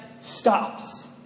stops